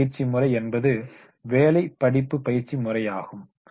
தொழில் பயிற்சி முறை என்பது பணியறிவு படிப்பு பயிற்சி முறையாகும்